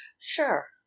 Sure